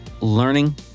learning